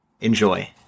enjoy